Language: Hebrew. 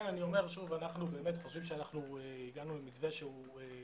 אני אומר שוב שאנחנו חושבים שאנחנו הגענו עם מתווה שאני